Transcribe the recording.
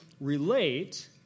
relate